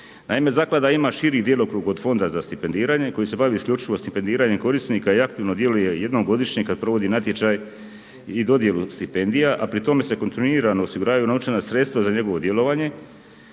Naime, zaklada ima širi djelokrug od Fonda za stipendiranje koji se bavi isključivo stipendiranjem korisnika i aktivno djeluje jednom godišnje kada provodi natječaj i dodjelu stipendija a pri tome se kontinuirano osiguravanju novčana sredstva za njegovo djelovanje